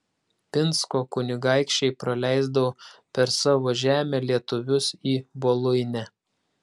pinsko kunigaikščiai praleisdavo per savo žemę lietuvius į voluinę